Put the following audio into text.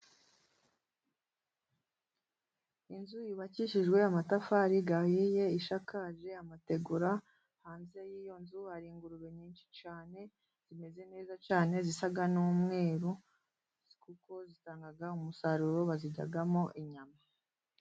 Inzu yubakishijwe amatafari ahiye ishakaje amategura, hanze y'iyo nzu hari ingurube nyinshi cyane, zimeze neza cyane zisa n'umweru, kuko zitanga umusaruro baziryamo inyama.